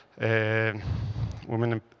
women